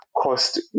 cost